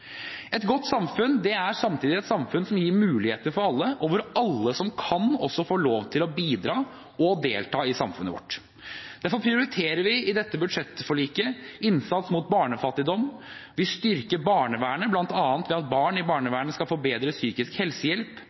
Et godt samfunn er samtidig et samfunn som gir muligheter for alle, og hvor alle som kan, også får lov til å bidra og delta i samfunnet vårt. Derfor prioriterer vi i dette budsjettforliket innsats mot barnefattigdom, vi styrker barnevernet bl.a. ved at barn i barnevernet skal få bedre psykisk helsehjelp,